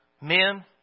men